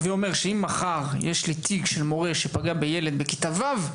הווה אומר שאם מחר יש לי תיק של מורה שפגע בילד בכיתה ו',